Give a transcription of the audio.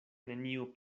neniu